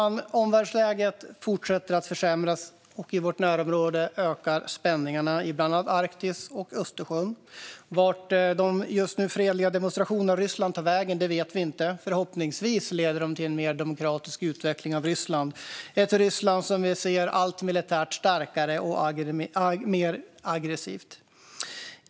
Fru talman! Omvärldsläget fortsätter att försämras, och i vårt närområde ökar spänningarna i bland annat Arktis och Östersjön. Vart de just nu fredliga demonstrationerna i Ryssland tar vägen vet vi inte. Förhoppningsvis leder de till en mer demokratisk utveckling av Ryssland - ett Ryssland som militärt blir allt starkare och som beter sig mer aggressivt.